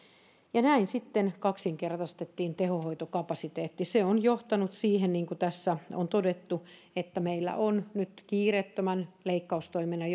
ja näin sitten kaksinkertaistettiin tehohoitokapasiteetti se on johtanut siihen niin kuin tässä on todettu että meillä on nyt kiireettömän leikkaustoiminnan